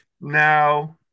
No